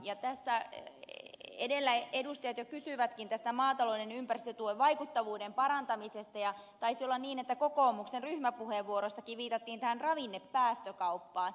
tässä edellä edustajat jo kysyivätkin tästä maatalouden ympäristötuen vaikuttavuuden parantamisesta ja taisi olla niin että kokoomuksen ryhmäpuheenvuorossakin viitattiin tähän ravinnepäästökauppaan